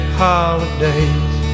holidays